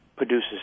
produces